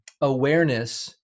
awareness